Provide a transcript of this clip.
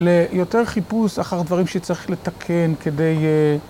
ליותר חיפוש אחר דברים שצריך לתקן כדי...